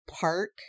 park